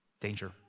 danger